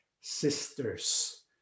sisters